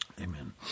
Amen